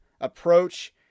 approach